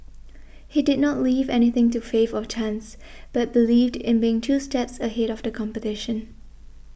he did not leave anything to faith of chance but believed in being two steps ahead of the competition